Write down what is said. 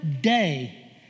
day